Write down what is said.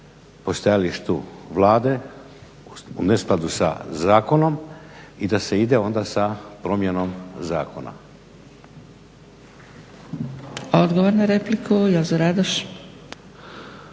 po stajalištu Vlade u neskladu sa zakonom i da se ide onda sa promjenom zakona. **Zgrebec, Dragica